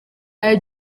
ari